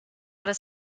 ought